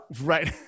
right